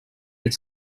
that